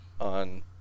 on